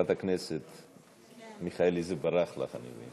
חברת הכנסת מיכאלי, זה ברח לך.